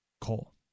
coal